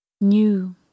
new